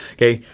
okay,